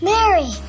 Mary